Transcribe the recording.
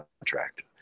contract